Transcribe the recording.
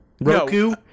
Roku